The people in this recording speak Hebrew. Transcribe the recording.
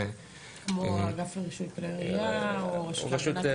כמו האגף לרישוי כלי ירייה או רשות להגנת עדים.